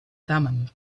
thummim